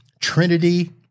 Trinity